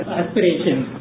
aspirations